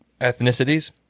ethnicities